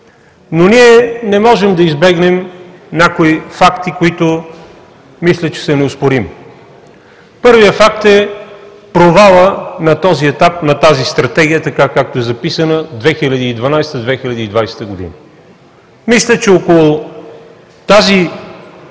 обаче не можем да избегнем някои факти, които мисля, че са неоспорими. Първият факт е провалът на този етап на Стратегията, така както е записана „2012 – 2020 г.”. Мисля, че около тази